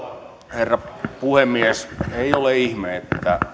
herra puhemies ei ole ihme että